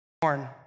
born